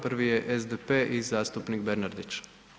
Prvi je SDP i zastupnik Bernardić.